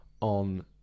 on